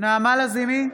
נעמה לזימי,